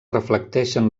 reflecteixen